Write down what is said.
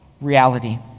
reality